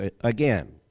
again